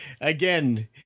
Again